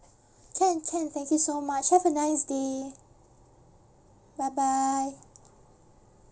can can thank you so much have a nice day bye bye